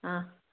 ꯑꯥ